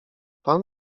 pan